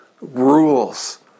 rules